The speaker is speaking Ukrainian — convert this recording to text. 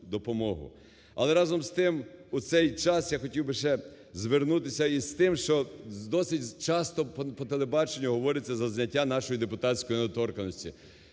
Але разом з тим в цей час я хотів би ще звернутися із тим, що досить часто по телебаченню говориться за зняття нашої депутатської недоторканності.